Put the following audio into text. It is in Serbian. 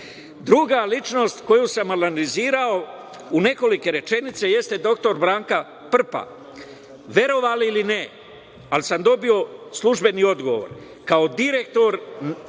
ličnost koju sam analizirao, u nekoliko rečenica jeste dr. Branka Prpa. Verovali ili ne, ali sam dobio službeni odgovor, kao direktor